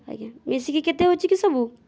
ଆଜ୍ଞା ମିଶିକି କେତେ ହେଉଛି କି ସବୁ